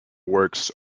works